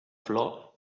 flor